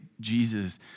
Jesus